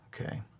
Okay